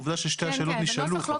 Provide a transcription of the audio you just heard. עובדה ששתי השאלות נשאלו.